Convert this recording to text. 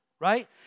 right